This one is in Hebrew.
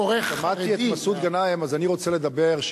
שמעתי את מסעוד גנאים אז אני רוצה לדבר,